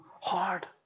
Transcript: Hard